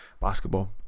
Basketball